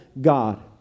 God